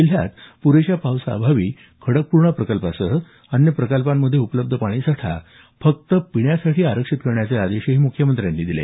जिल्ह्यात पुरेशा पावसाअभावी खडकपूर्णा प्रकल्पासह अन्य प्रकल्पांत उपलब्ध पाणीसाठा केवळ पिण्यासाठी आरक्षित करण्याचे आदेशही मुख्यमंत्र्यांनी यावेळी दिले